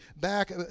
back